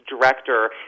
director